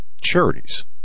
charities